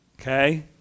Okay